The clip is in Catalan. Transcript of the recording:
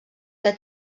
que